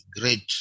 great